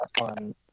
on